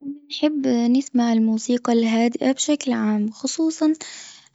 بنحب نسمع الموسيقى الهادئة بشكل عام خصوصًا